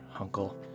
Uncle